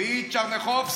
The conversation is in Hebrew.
תביאי גם טשרניחובסקי.